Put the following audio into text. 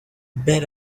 bet